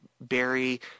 Barry